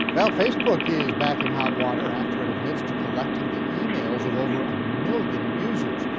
well facebook is back in hot water after it admits to collecting the emails of over a million users.